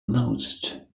most